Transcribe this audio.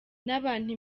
n’abantu